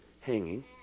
hanging